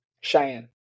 Cheyenne